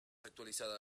actualizada